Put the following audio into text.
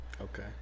Okay